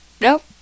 Nope